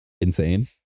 Insane